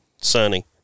sunny